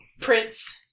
prince